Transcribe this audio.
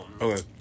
Okay